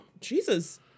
Jesus